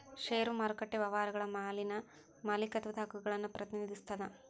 ಷೇರು ಮಾರುಕಟ್ಟೆ ವ್ಯವಹಾರಗಳ ಮ್ಯಾಲಿನ ಮಾಲೇಕತ್ವದ ಹಕ್ಕುಗಳನ್ನ ಪ್ರತಿನಿಧಿಸ್ತದ